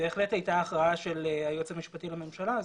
בהחלט הייתה הכרעה של היועץ המשפטי לממשלה.